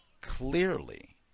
Clearly